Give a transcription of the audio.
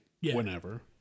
whenever